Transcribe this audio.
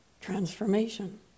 transformation